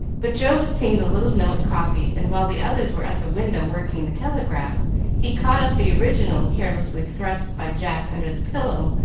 but joe had seen the little note copied, and while the others were at the window working the telegraph he caught up the original, carelessly thrust by jack under the pillow,